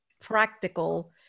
practical